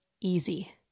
easy